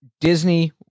Disney